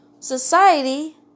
Society